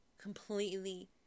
completely